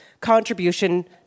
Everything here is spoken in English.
contribution